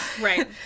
Right